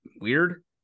weird